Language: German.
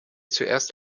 zuerst